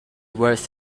worth